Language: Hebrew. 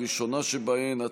הראשונה שבהן,